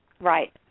Right